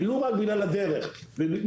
ולו רק בגלל הדרך והדיסוננס.